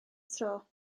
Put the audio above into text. tro